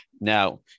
Now